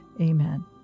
Amen